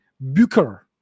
Bucher